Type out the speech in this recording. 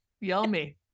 yummy